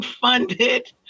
funded